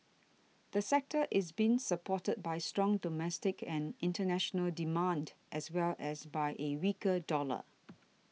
the sector is being supported by strong domestic and international demand as well as by a weaker dollar